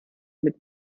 mit